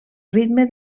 ritme